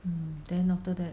mm then after that